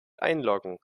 einloggen